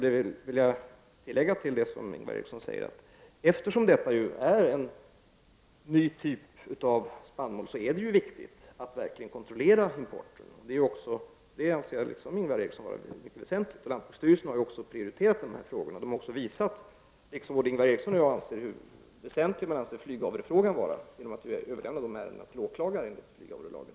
Jag vill tillägga till det Ingvar Eriksson har sagt, att eftersom rågvete är en ny typ av spannmål är det viktigt att verkligen kontrollera importen. Det anser jag, precis som Ingvar Eriksson, är mycket väsentligt. Lantbruksstyrelsen har också prioriterat denna fråga. Man har också visat, liksom både Ingvar Eriksson och jag, hur väsentlig flyghavrefrågan är. De ärendena har ju överlämnats till åklagare enligt flyghavrelagen.